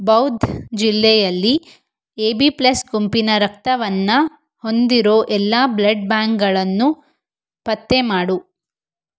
ಬೌಧ್ ಜಿಲ್ಲೆಯಲ್ಲಿ A B plus ಗುಂಪಿನ ರಕ್ತವನ್ನು ಹೊಂದಿರೋ ಎಲ್ಲ ಬ್ಲಡ್ ಬ್ಯಾಂಗಳನ್ನು ಪತ್ತೆ ಮಾಡು